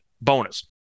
bonus